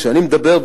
כשאני מדבר,